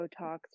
botox